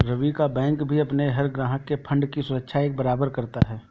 रवि का बैंक भी अपने हर ग्राहक के फण्ड की सुरक्षा एक बराबर करता है